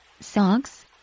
Socks